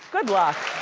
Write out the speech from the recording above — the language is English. good luck.